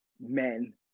men